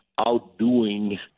outdoing